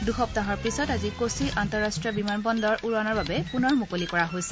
দুসপ্তাহৰ পিচত আজি কোচি আন্তঃৰাষ্টীয় বিমান বন্দৰ উৰণৰ বাবে পূনৰ মুকলি কৰা হৈছে